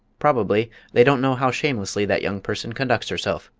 probably they don't know how shamelessly that young person conducts herself,